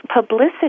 publicity